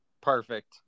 Perfect